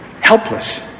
Helpless